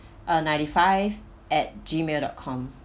uh ninety five at G mail dot com